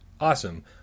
Awesome